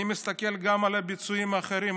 אני מסתכל גם על הביצועים האחרים.